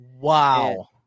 Wow